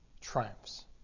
triumphs